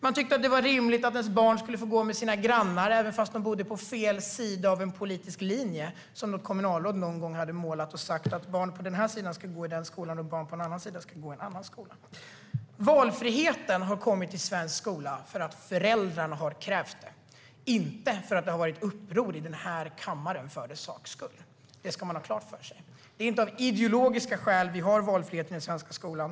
Man tyckte att det var rimligt att ens barn skulle få gå med grannarnas barn, fastän de bodde på fel sida om en politisk linje som ett kommunalråd en gång hade dragit och sagt att barn på den ena sidan ska gå i en viss skola och barn på den andra sidan i en annan. Valfriheten har kommit till svensk skola för att föräldrarna har krävt det, inte för att det har varit uppror i kammaren för den sakens skull. Det ska man ha klart för sig. Det är inte av ideologiska skäl vi har valfrihet i den svenska skolan.